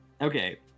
Okay